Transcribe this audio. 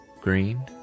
green